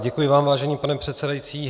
Děkuji vám, vážený pane předsedající.